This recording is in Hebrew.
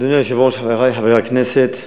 אדוני היושב-ראש, חברי חברי הכנסת,